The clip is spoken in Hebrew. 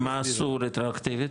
מה עשו רטרואקטיבית?